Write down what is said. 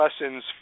lessons